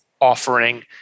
offering